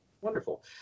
wonderful